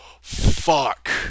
fuck